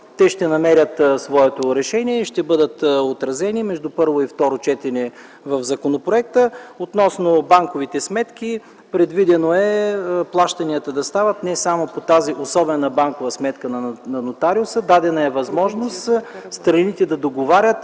Те ще намерят своето решение и ще бъдат отразени между първо и второ четене в законопроекта. Относно банковите сметки – предвидено е плащанията да стават не само по тази особена банкова сметка на нотариуса. Дадена е възможност страните да договарят